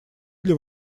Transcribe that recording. для